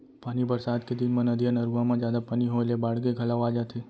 पानी बरसात के दिन म नदिया, नरूवा म जादा पानी होए ले बाड़गे घलौ आ जाथे